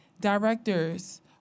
directors